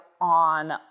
on